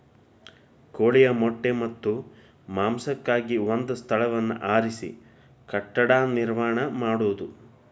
ಕೋಳಿಯ ಮೊಟ್ಟೆ ಮತ್ತ ಮಾಂಸಕ್ಕಾಗಿ ಒಂದ ಸ್ಥಳವನ್ನ ಆರಿಸಿ ಕಟ್ಟಡಾ ನಿರ್ಮಾಣಾ ಮಾಡುದು